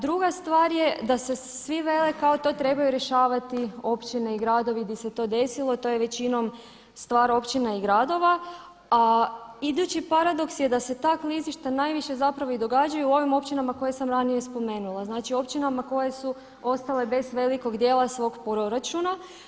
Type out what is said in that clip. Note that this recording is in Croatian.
Druga stvar je da svi vele kao to trebaju rješavati općine i gradovi gdje se to desilo, to je većinom stvar općina i gradova, a idući paradoks je da se ta klizišta najviše zapravo i događaju u ovim općinama koje sam ranije spomenula, znači općinama koje su ostale bez velikog dijela svog proračuna.